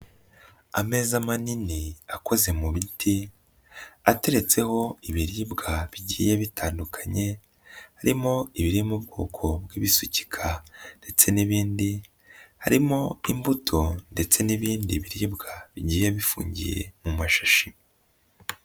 Ameza manini akoze mu biti ateretseho ibiribwa bigiye bitandukanye, harimo ibiri mu bwoko bw'ibisukika ndetse n'ibindi, harimo imbuto ndetse n'ibindi biribwa bigiye bifungiye mu mashashi.